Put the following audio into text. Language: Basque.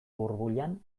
burbuilan